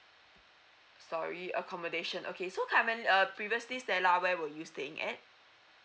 sorry accommodation okay so current~ uh previously stella where were you staying at